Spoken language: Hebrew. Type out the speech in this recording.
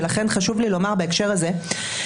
ולכן חשוב לי לומר בהקשר הזה שמבחינתנו,